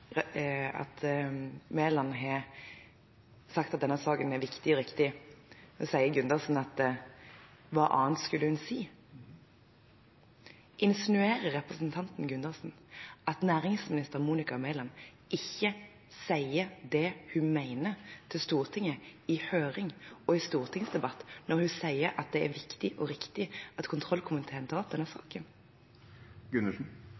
at Mæland har sagt at denne saken er viktig og riktig, sier Gundersen: Hva annet skulle hun si? Insinuerer representanten Gundersen at næringsminister Monica Mæland ikke sier det hun mener til Stortinget, i høring og i stortingsdebatt, når hun sier at det er viktig og riktig at kontrollkomiteen tar opp denne